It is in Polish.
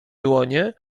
dłonie